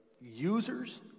users